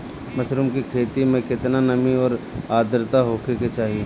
Mushroom की खेती में केतना नमी और आद्रता होखे के चाही?